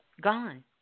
Gone